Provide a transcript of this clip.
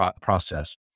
process